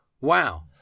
Wow